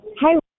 Hi